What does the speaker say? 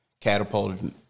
catapulted